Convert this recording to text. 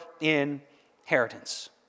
inheritance